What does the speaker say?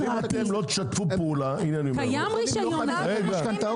אבל אם אתם לא תשתפו פעולה --- הם לא צריכים בירוקרטיה,